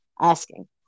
asking